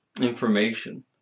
information